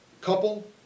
couple